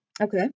Okay